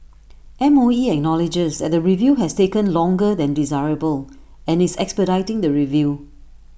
M O E acknowledges that the review has taken longer than desirable and is expediting the review